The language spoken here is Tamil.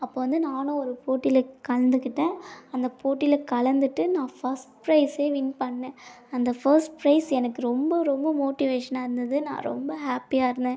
அப்போது வந்து நானும் ஒரு போட்டியில் கலந்துக்கிட்டேன் அந்த போட்டியில் கலந்துக்கிட்டு நான் ஃபஸ்ட் ப்ரைஸே வின் பண்ணேன் அந்த ஃபஸ்ட் ப்ரைஸ் எனக்கு ரொம்ப ரொம்ப மோட்டிவேஷன்னாக இருந்தது நான் ரொம்ப ஹாப்பியாக இருந்தேன்